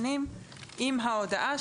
נעה,